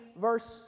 verse